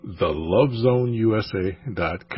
thelovezoneusa.com